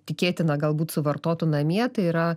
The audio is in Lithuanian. tikėtina galbūt suvartotų namie tai yra